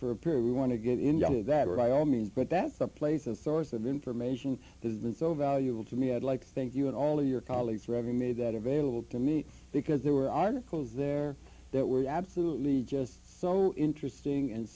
for a period we want to get into that we're all mean but that's the place of source of information there's been so valuable to me i'd like to think you and all of your colleagues reading me that available to me because there were articles there that were absolutely just so interesting and